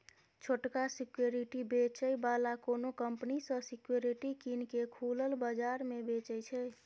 छोटका सिक्युरिटी बेचै बला कोनो कंपनी सँ सिक्युरिटी कीन केँ खुलल बजार मे बेचय छै